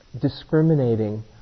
discriminating